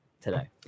today